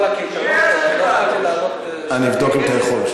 אני אבדוק אם אתה יכול.